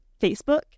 Facebook